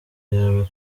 yawe